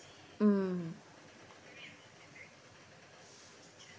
mm